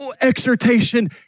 exhortation